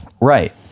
Right